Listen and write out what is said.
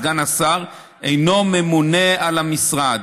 סגן השר אינו ממונה על המשרד.